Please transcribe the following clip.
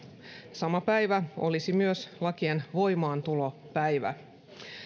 sama päivä olisi myös lakien voimaantulopäivä